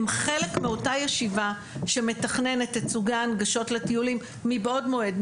הם חלק מאותה ישיבה שמתכננת תצוגה הנגשות לטיולים מבעוד מועד,